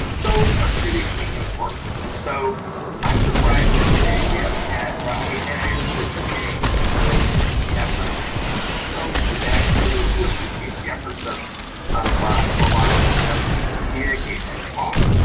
those are critically important. and so i'm surprised that today we haven't had, i mean, and i appreciate the efforts of so many and i really do appreciate the efforts of of prologis and others to communicate and talk.